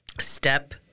step